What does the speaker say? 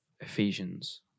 Ephesians